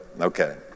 Okay